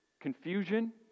Confusion